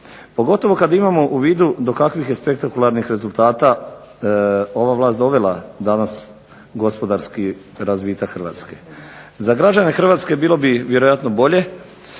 pogotovo kad imamo u vidu do kakvih je spektakularnih rezultata ova vlast dovela danas gospodarski razvitak Hrvatske. Za građane Hrvatske bilo bi vjerojatno bolje